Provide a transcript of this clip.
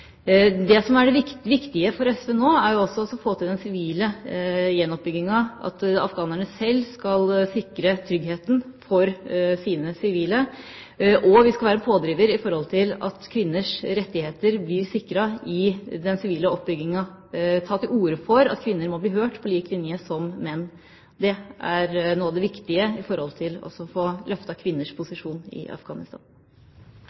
Det som er det viktige for SV nå, er å få til den sivile gjenoppbygginga, at afghanerne selv skal sikre tryggheten for sine sivile. Vi skal være en pådriver for at kvinners rettigheter blir sikret i den sivile oppbygginga, ta til orde for at kvinner må bli hørt på lik linje med menn. Det er noe av det viktige for å få løftet kvinners posisjon i